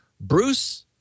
Bruce